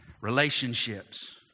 Relationships